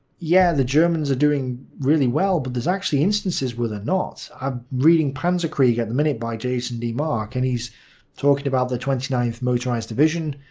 yeah, the germans are doing really well, but there's actually instances were they're not. i'm reading panzerkreig at the minute by jason d. mark and he's talking about the twenty ninth motorised division,